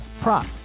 prop